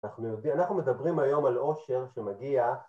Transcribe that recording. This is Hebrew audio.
אנחנו מדברים היום על עושר שמגיע